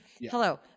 Hello